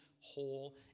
whole